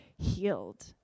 healed